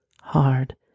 hard